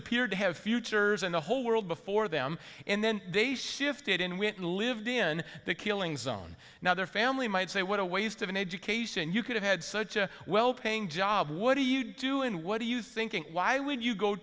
appeared to have futures and a whole world before them and then they shifted and went and lived in the killing zone now their family might say what a waste of an education you could have had such a well paying job what do you do and what are you thinking why would you go